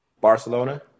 Barcelona